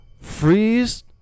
freeze